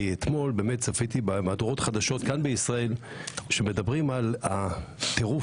כי אתמול צפיתי במהדורות החדשות כאן בישראל שבהן מדברים על הטירוף,